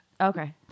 Okay